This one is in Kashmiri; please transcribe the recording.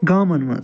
گامَن منٛز